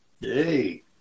hey